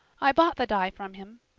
i bought the dye from him.